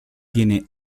tiene